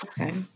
Okay